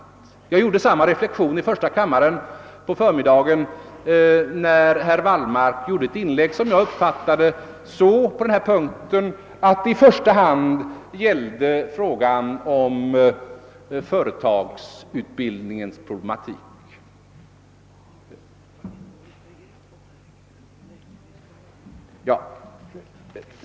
Jag gjorde samma reflexion i första kammaren på förmiddagen när herr Wallmark gjorde ett inlägg som jag uppfattade så, på denna punkt, att det i första hand gällde företagsutbildningens problematik.